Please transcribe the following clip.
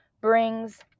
brings